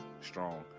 strong